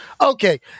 Okay